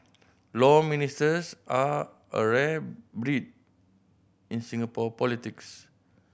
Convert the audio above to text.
Law Ministers are a rare breed in Singapore politics